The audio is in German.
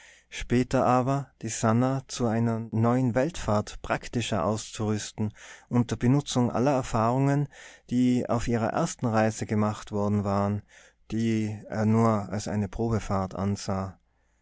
später aber die sannah zu einer neuen weltfahrt praktischer auszurüsten unter benutzung aller erfahrungen die auf ihrer ersten reise gemacht worden waren die er nur als eine probefahrt ansah